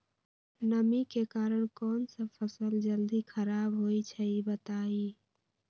नमी के कारन कौन स फसल जल्दी खराब होई छई बताई?